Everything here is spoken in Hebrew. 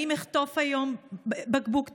האם אחטוף היום בקבוק תבערה?